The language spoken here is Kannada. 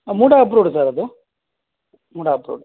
ಹಾಂ ಮೂಡ ಅಪ್ರೂವ್ಡ್ ಸರ್ ಅದು ಮೂಡ ಅಪ್ರೂವ್ಡ್